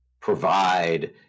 provide